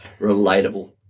Relatable